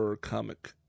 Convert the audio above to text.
comic